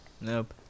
Nope